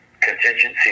contingency